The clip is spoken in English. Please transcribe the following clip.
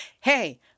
Hey